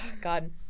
God